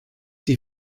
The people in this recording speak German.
die